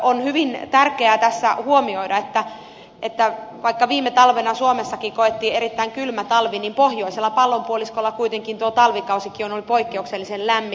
on hyvin tärkeää tässä huomioida että vaikka viime talvena suomessakin koettiin erittäin kylmä talvi niin pohjoisella pallonpuoliskolla kuitenkin tuo talvikausikin oli poikkeuksellisen lämmin